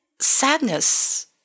sadness